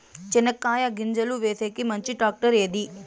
చెనక్కాయ గింజలు వేసేకి మంచి టాక్టర్ ఏది?